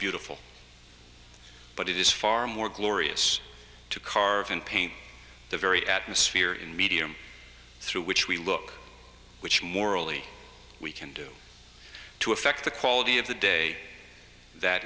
beautiful but it is far more glorious to carve and paint the very atmosphere in medium through which we look which morally we can do to affect the quality of the day that